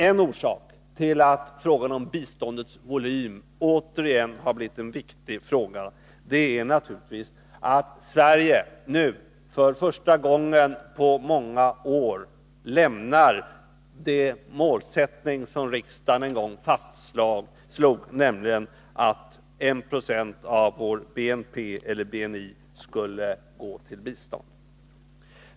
En orsak till att frågan om biståndets volym återigen har blivit en viktig fråga är naturligtvis att Sverige nu, för första gången på många år, lämnar den målsättning som riksdagen en gång fastslog, nämligen att 1 90 av vår BNP eller BNI skulle gå till bistånd.